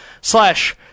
Slash